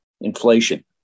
inflation